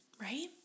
Right